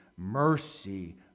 Mercy